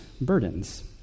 burdens